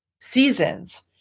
seasons